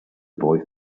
boy